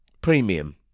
Premium